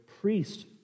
priest